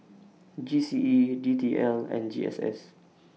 G C E D T L and G S S